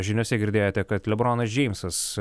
žiniose girdėjote kad lebronas džeimsas